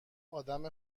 آدم